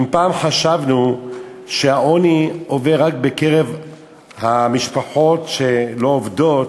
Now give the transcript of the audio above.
אם פעם חשבנו שהעוני קיים רק בקרב המשפחות שלא עובדות,